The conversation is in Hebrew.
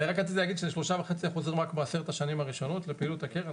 אני רק רציתי להגיד שזה 3.5% בעשר השנים הראשונות לפעילות הקרן,